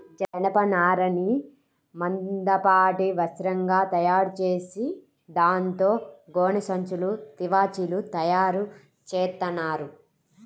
జనపనారని మందపాటి వస్త్రంగా తయారుచేసి దాంతో గోనె సంచులు, తివాచీలు తయారుచేత్తన్నారు